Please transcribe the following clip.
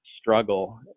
Struggle